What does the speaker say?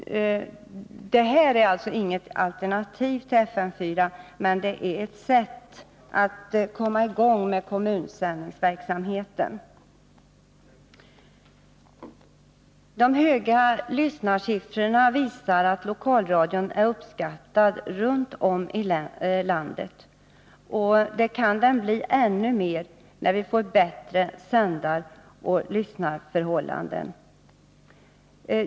Dessa sändare är alltså inget alternativ till FM 4, men det är ett sätt att komma i gång med kommunsändningsverksamheten. De höga lyssnarsiffrorna visar att lokalradion är uppskattad runt om i landet. Den kan bli det ännu mer när vi fått bättre sändaroch lyssnarförhållanden.